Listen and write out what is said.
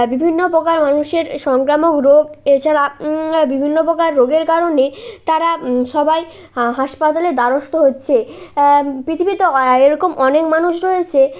বিভিন্ন প্রকার মানুষের সংক্রামক রোগ এছাড়া বিভিন্ন প্রকার রোগের কারণে তারা সবাই হাহাসপাতালের দারস্থ হচ্ছে পৃথিবীতে এরকম অনেক মানুষ রয়েছে